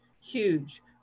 huge